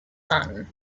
son